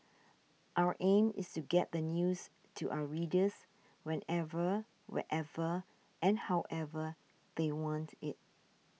our aim is to get the news to our readers whenever wherever and however they want it